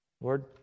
Lord